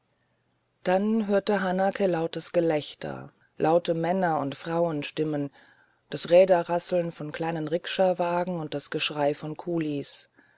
dann hörte hanake lautes gelächter laute männer und frauenstimmen das räderrasseln von kleinen rikschawagen und das geschrei von kulis